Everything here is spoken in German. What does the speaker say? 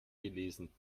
gelesen